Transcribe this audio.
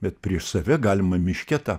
bet prieš save galima miške tą